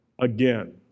again